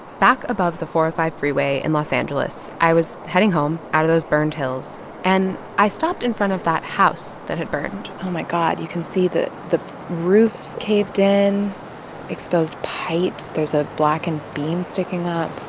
back above the four hundred and five freeway in los angeles, i was heading home out of those burned hills. and i stopped in front of that house that had burned oh, my god. you can see that the roof's caved in exposed pipes. there's a blackened beam sticking up